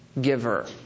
giver